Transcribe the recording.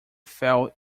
fell